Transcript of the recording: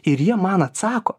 ir jie man atsako